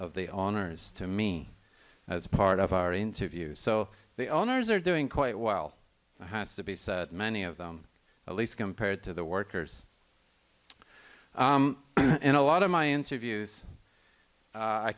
of the owners to me as part of our interview so the owners are doing quite well there has to be so many of them at least compared to the workers in a lot of my interviews